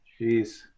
Jeez